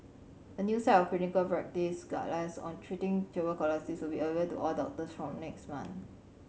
a new set of clinical practice guidelines on treating tuberculosis will be available to all doctors from next month